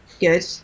good